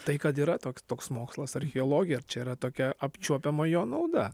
tai kad yra tok toks mokslas archeologija ar čia yra tokia apčiuopiama jo nauda